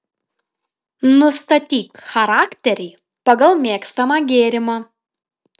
nustatyk charakterį pagal mėgstamą gėrimą